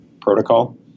protocol